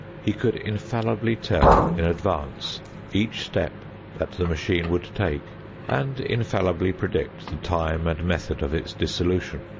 he could infallibly tell in advance each step that the machine would take and infallibly predict the time and method of its dissolution.